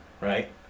right